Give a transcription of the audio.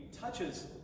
touches